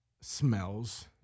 smells